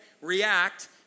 react